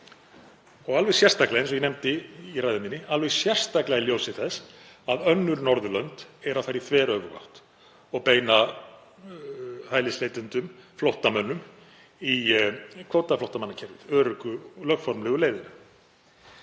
á Íslandi og eins og ég nefndi í ræðu minni, alveg sérstaklega í ljósi þess að önnur Norðurlönd eru að fara í þveröfuga átt og beina hælisleitendum, flóttamönnum, í kvótaflóttamannakerfið, öruggu lögformlegu leiðina.